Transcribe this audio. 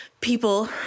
people